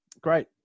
Great